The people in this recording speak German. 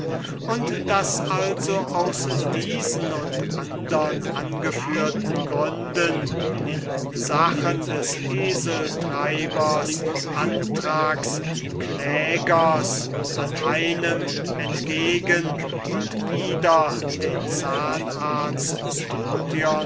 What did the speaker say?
und daß also aus diesen und andern angeführten gründen in sachen des eseltreibers anthrax klägers an einem entgegen und wider den zahnarzt